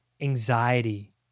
anxiety